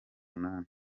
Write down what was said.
munani